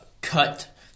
cut